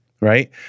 Right